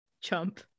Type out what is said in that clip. chump